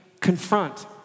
confront